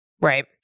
Right